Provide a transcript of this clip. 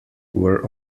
were